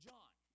John